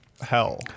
hell